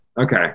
Okay